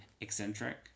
eccentric